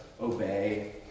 obey